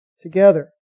together